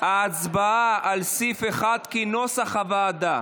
ההצבעה על סעיף 1, כנוסח הוועדה.